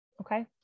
Okay